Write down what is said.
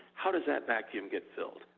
how does that vacuum get filled?